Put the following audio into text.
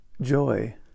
Joy